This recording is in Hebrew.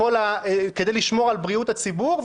כדי לשמור על בריאות הציבור.